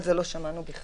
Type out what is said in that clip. את זה לא שמענו בכלל.